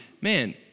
Man